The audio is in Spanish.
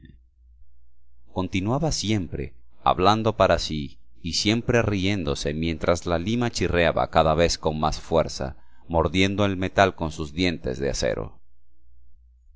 continuaba siempre hablando para sí y siempre riéndose mientras la lima chirriaba cada vez con más fuerza mordiendo el metal con sus dientes de acero